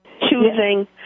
choosing